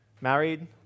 married